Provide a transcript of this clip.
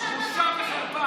השר אקוניס, קריאה ראשונה.